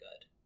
good